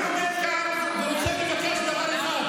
אני עומד כאן ורוצה לבקש דבר אחד.